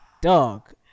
dog